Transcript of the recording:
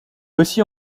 aussi